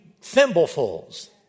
thimblefuls